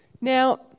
Now